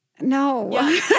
No